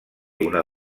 una